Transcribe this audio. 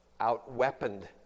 outweaponed